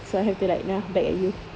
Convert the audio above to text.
so I have to like nah back at you